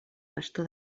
bastó